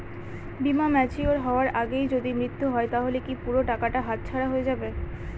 বীমা ম্যাচিওর হয়ার আগেই যদি মৃত্যু হয় তাহলে কি পুরো টাকাটা হাতছাড়া হয়ে যাবে?